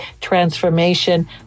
transformation